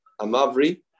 Amavri